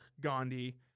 Gandhi